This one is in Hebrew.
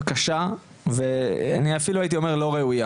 סיטואציה קשה ואני אפילו הייתי אומר סיטואציה לא רואיה.